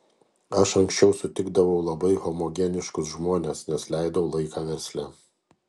aš anksčiau sutikdavau labai homogeniškus žmones nes leidau laiką versle